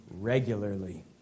regularly